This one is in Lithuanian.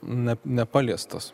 na nepaliestas